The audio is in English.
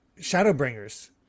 Shadowbringers